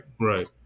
Right